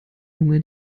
lunge